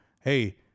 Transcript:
hey